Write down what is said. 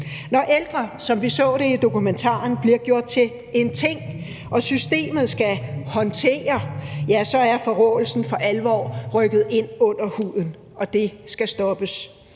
bliver gjort til en ting, som systemet skal håndtere, er forråelsen for alvor rykket ind under huden, og det skal stoppes.